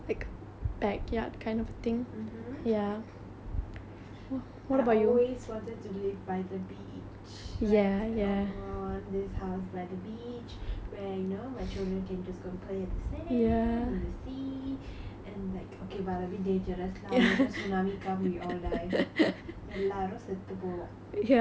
I always wanted to live by the beach like oh I want this house by the beach where you know my children can just go play in the sand in the sea and like okay but a bit dangerous lah later tsunami come we all die ya lah எல்லாரும் செத்துப் போவோம்:ellaarum setthu povoam ya then like